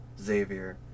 Xavier